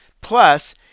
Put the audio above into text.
plus